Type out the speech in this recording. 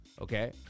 okay